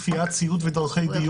כפיית ציות ודרכי דיון.